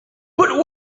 but